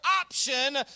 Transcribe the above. option